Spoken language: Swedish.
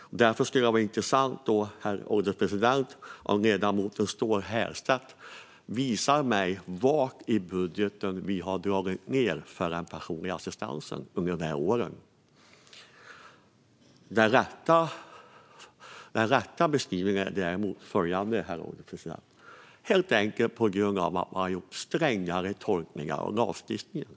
Därför skulle det vara intressant, herr ålderspresident, om ledamoten Ståhl Herrstedt visade mig var i budgeten vi har dragit ned på den personliga assistansen under de här åren. Den rätta beskrivningen, herr ålderspresident, är helt enkelt att man har gjort strängare tolkningar av lagstiftningen.